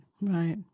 right